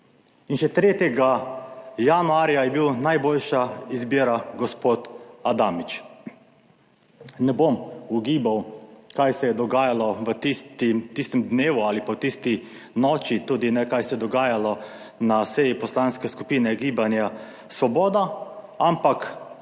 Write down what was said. In še 3. januarja je bil najboljša izbira gospod Adamič. Ne bom ugibal kaj se je dogajalo v tistem dnevu ali pa v tisti noči, tudi ne kaj se je dogajalo na seji Poslanske skupine Gibanja Svoboda, ampak